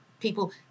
People